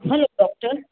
hello doctor